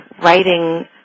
writing